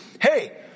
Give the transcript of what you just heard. Hey